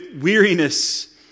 weariness